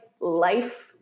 life